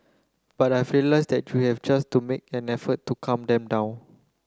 but I've realised that you just to make an effort to calm them down